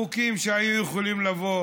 חוקים שהיו יכולים לבוא